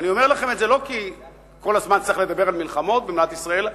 אני אומר לכם את זה לא כי כל הזמן צריך לדבר על מלחמות במדינת ישראל,